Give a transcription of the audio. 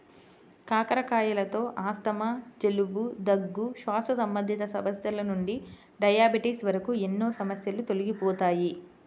కాకరకాయలతో ఆస్తమా, జలుబు, దగ్గు, శ్వాస సంబంధిత సమస్యల నుండి డయాబెటిస్ వరకు ఎన్నో సమస్యలు తొలగిపోతాయి